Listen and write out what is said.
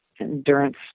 endurance